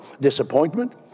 disappointment